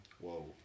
Whoa